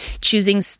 choosing